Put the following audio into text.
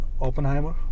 Oppenheimer